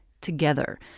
together